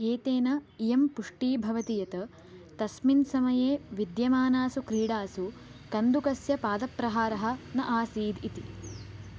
एतेन इयं पुष्टी भवति यत् तस्मिन् समये विद्यमानासु क्रीडासु कन्दुकस्य पादप्रहारः न आसीदिति